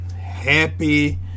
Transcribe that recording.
Happy